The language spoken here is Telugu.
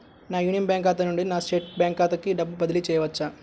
నా యూనియన్ బ్యాంక్ ఖాతా నుండి నా స్టేట్ బ్యాంకు ఖాతాకి డబ్బు బదిలి చేయవచ్చా?